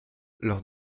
lors